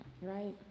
Right